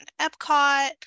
Epcot